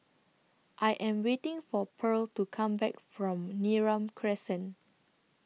I Am waiting For Pearl to Come Back from Neram Crescent